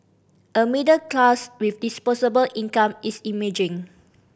a middle class with disposable income is emerging